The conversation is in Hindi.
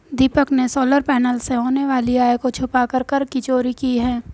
दीपक ने सोलर पैनल से होने वाली आय को छुपाकर कर की चोरी की है